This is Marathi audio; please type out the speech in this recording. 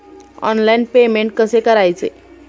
ऑनलाइन पेमेंट कसे करायचे?